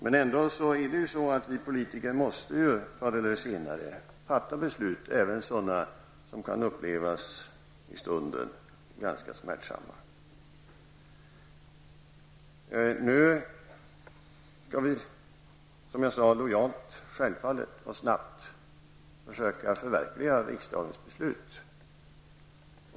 Men vi politiker måste förr eller senare fatta även beslut som i stunden kan upplevas som ganska smärtsamma. Som jag sade skall vi självfallet snabbt och lojalt försöka förverkliga riksdagens beslut.